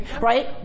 right